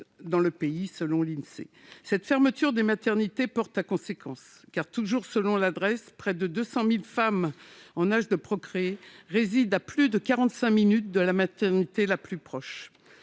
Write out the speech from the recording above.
dans le pays. La fermeture des maternités porte à conséquence, car, toujours selon la Drees, près de 200 000 femmes en âge de procréer résident à plus de quarante-cinq minutes de la maternité la plus proche.